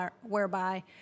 whereby